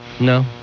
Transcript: No